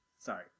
Sorry